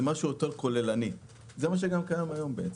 זה משהו יותר כוללני, וזה מה שגם קיים היום.